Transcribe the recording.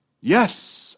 Yes